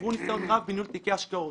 צברו ניסיון רב בניהול תיקי השקעות,